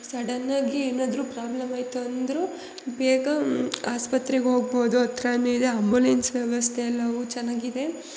ಸಡನ್ನಾಗಿ ಏನಾದರೂ ಪ್ರಾಬ್ಲಮ್ ಆಯಿತು ಅಂದರೂ ಬೇಗ ಆಸ್ಪತ್ರೆಗೆ ಹೋಗ್ಬೌದು ಹತ್ರನೇ ಇದೆ ಅಂಬುಲೆನ್ಸ್ ವ್ಯವಸ್ಥೆ ಎಲ್ಲವೂ ಚೆನ್ನಾಗಿದೆ